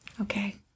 Okay